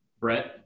Brett